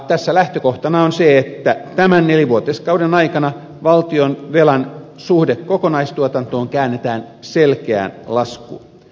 tässä lähtökohtana on se että tämän nelivuotiskauden aikana valtionvelan suhde kokonaistuotantoon käännetään selkeään laskuun